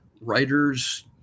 writers